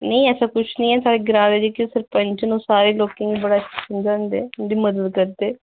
नेईं ऐसा कुछ नेई ऐ साढ़े ग्रांऽ दे जेह्के सरपंच न ओह् सारे लोकें गी बड़ा समझांदे उंदी मदद करदे